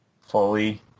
fully